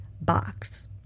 box